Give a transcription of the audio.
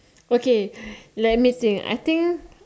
okay let me think I think